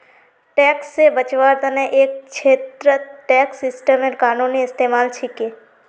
tax से बचवार तने एक छेत्रत टैक्स सिस्टमेर कानूनी इस्तेमाल छिके